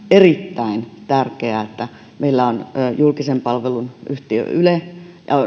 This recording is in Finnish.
erittäin tärkeää että meillä on julkisen palvelun yhtiö yle ja on